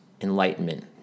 enlightenment